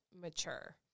mature